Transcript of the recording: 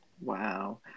Wow